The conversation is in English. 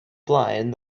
blind